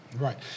Right